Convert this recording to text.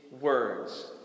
words